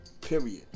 period